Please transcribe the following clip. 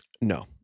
No